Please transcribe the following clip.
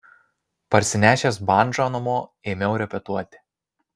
parsinešęs bandžą namo ėmiau repetuoti